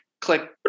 click